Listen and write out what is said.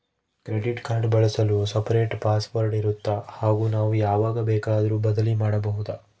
Credit card ಬಳಸಲು separate password ಇರುತ್ತಾ ಹಾಗೂ ನಾವು ಯಾವಾಗ ಬೇಕಾದರೂ ಬದಲಿ ಮಾಡಬಹುದಾ?